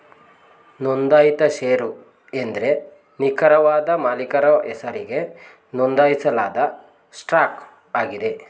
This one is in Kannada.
ನೊಂದಾಯಿತ ಶೇರು ಎಂದ್ರೆ ನಿಖರವಾದ ಮಾಲೀಕರ ಹೆಸರಿಗೆ ನೊಂದಾಯಿಸಲಾದ ಸ್ಟಾಕ್ ಆಗಿದೆ